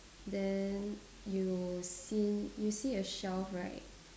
then you seen you see a shelf right